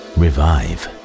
revive